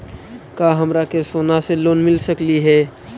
का हमरा के सोना से लोन मिल सकली हे?